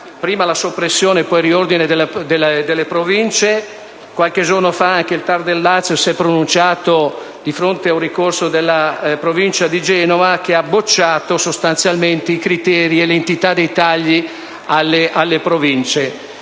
prima la soppressione e poi il riordino delle Province. Qualche giorno fa anche il TAR del Lazio si è pronunciato, di fronte a un ricorso della Provincia di Genova, e ha bocciato sostanzialmente i criteri e l'entità dei tagli alle Province.